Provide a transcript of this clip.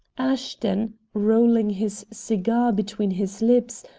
ashton, rolling his cigar between his lips,